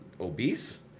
obese